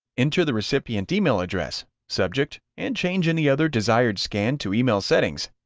enter the recipient email address, subject, and change any other desired scan to email settings.